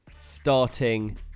Starting